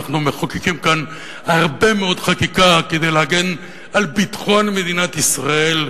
אנחנו מחוקקים כאן הרבה מאוד חקיקה כדי להגן על ביטחון מדינת ישראל,